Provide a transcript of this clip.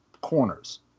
corners